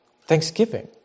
Thanksgiving